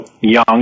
young